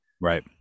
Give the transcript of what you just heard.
Right